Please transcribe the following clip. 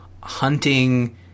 hunting